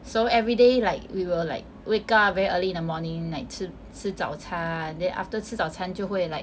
so everyday like we will like wake up very early in the morning like 吃吃早餐 then after 吃早餐就会 like